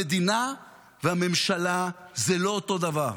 המדינה והממשלה זה לא אותו דבר.